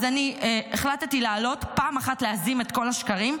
אז אני החלטתי לעלות פעם אחת ולהזים את כל השקרים,